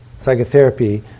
psychotherapy